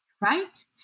right